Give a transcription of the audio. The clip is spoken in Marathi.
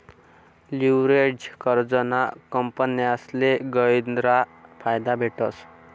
लिव्हरेज्ड कर्जना कंपन्यासले गयरा फायदा भेटस